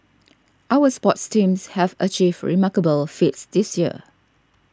our sports teams have achieved remarkable feats this year